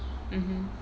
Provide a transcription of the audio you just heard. mmhmm